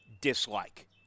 dislike